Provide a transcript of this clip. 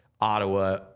Ottawa